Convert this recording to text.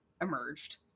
emerged